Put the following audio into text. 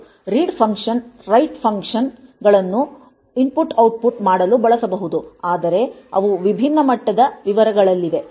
read function write function ಗಳನ್ನು input output ಮಾಡಲು ಬಳಸಬಹುದು ಆದರೆ ಅವು ವಿಭಿನ್ನ ಮಟ್ಟದ ವಿವರಗಳಲ್ಲಿವೆ